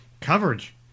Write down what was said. coverage